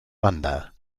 banda